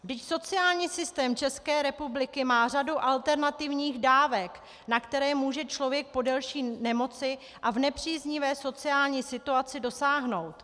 Vždyť sociální systém České republiky má řadu alternativních dávek, na které může člověk po delší nemoci a v nepříznivé sociální situaci dosáhnout.